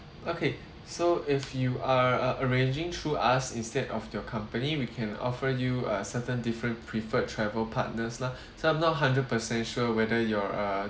okay so if you are uh arranging through us instead of your company we can offer you a certain different preferred travel partners lah so I'm not hundred percent sure whether you are uh